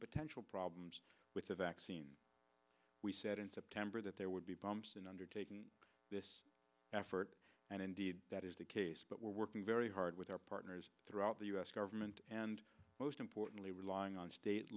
potential problems with a vaccine we said in september that there would be bumps in undertaking this effort and indeed that is the case but we're working very hard with our partners throughout the u s government and most importantly relying on state